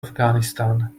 afghanistan